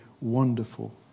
wonderful